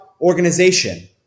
organization